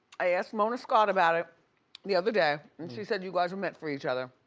i asked mona scott about it the other day, and she said you guys were meant for each other.